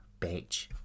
bitch